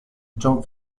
john